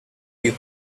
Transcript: you